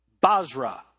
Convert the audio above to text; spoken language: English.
Basra